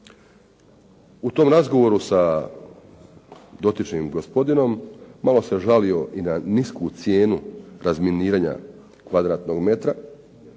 U tom razgovoru sa dotičnim gospodinom malo se žalio i na nisku cijenu razminiranja kvadratnog metra,